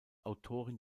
autorin